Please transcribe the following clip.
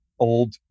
Old